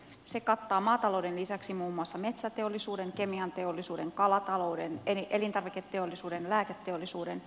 se kattaa maatalouden lisäksi muun muassa metsäteollisuuden kemianteollisuuden kalatalouden elintarviketeollisuuden lääketeollisuuden